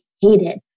hated